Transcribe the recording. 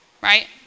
right